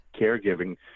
caregiving